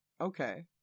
Okay